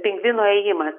pingvino ėjimas